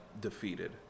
defeated